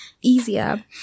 easier